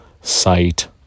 site